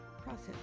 process